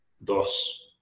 Thus